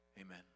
amen